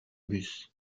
bus